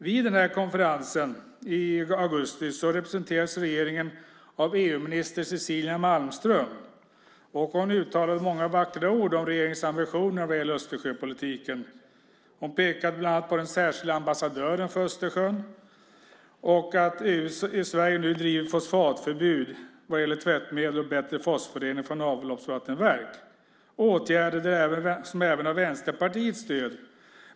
Vid konferensen i augusti representerades regeringen av EU-minister Cecilia Malmström. Hon uttalade många vackra ord om regeringens ambitioner vad gäller Östersjöpolitiken. Hon pekade bland annat på den särskilda ambassadören för Östersjön och att Sverige nu driver fosfatförbud för tvättmedel och bättre fosforrening från avloppsvattenverk. Detta är åtgärder som även har Vänsterpartiets stöd.